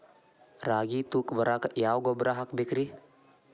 ರಾಗಿ ತೂಕ ಬರಕ್ಕ ಯಾವ ಗೊಬ್ಬರ ಹಾಕಬೇಕ್ರಿ?